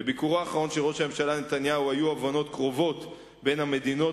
בביקורו האחרון של ראש הממשלה נתניהו היו הבנות קרובות בין המדינות,